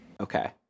Okay